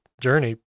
journey